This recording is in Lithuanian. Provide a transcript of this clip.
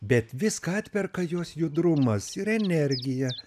bet viską atperka jos judrumas ir energija